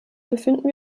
befinden